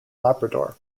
labrador